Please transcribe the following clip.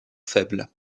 faible